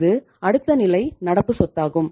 இது அடுத்த நிலை நடப்பு சொத்தாகும்